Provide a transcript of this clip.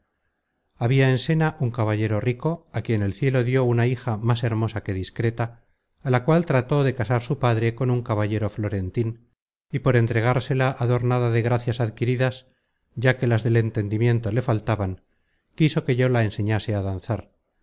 en sena un caballero rico á quien el cielo dió una hija más hermosa que discreta á la cual trató de casar su padre con un caballero florentin y por entregársela adornada de gracias adquiridas ya que las del entendimiento le faltaban quiso que yo la enseñase á danzar